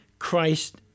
Christ